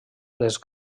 les